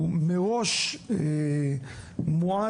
הוא מראש מועד